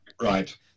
right